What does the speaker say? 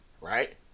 right